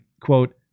Quote